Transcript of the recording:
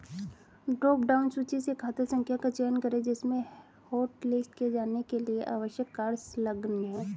drop down सूची से खाता संख्या का चयन करें जिसमें हॉटलिस्ट किए जाने के लिए आवश्यक कार्ड संलग्न है